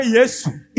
Jesus